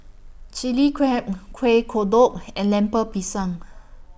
Chili Crab Kueh Kodok and Lemper Pisang